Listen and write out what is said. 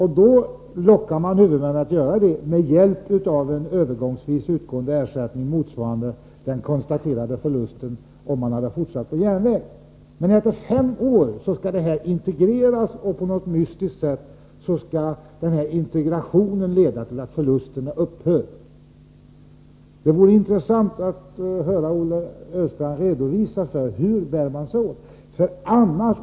Huvudmännen lockas att göra detta med hjälp av en övergångsvis utgående ersättning motsvarande den förlust man konstaterat skulle uppstå, om man hade fortsatt med järnvägstrafiken. Efter fem år skall trafiken integreras, och på något mystiskt sätt skall integrationen leda till att förlusterna upphör. Det vore intressant att få höra Olle Östrand redovisa hur man skall bära sig åt.